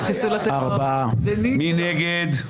מי נגד?